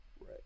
Right